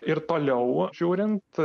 ir toliau žiūrint